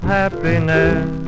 happiness